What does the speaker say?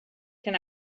can